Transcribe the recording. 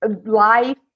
life